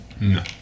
No